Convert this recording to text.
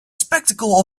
spectacle